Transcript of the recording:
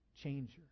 changer